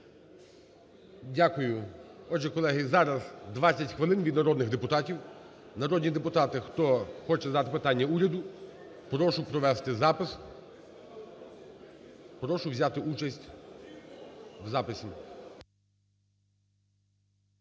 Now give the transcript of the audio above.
Дякую. Отже, колеги, зараз 20 хвилин від народних депутатів. Народні депутати, хто хоче задати питання уряду, прошу провести запис, прошу взяти участь в записі.